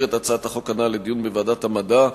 את הצעת החוק הנ"ל לדיון בוועדת המדע,